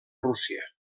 rússia